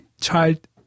child